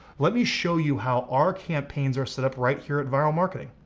let me show you how our campaigns are set up right here at vyral marketing,